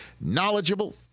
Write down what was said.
knowledgeable